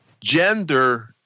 gender